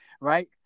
right